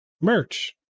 merch